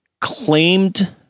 claimed